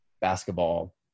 basketball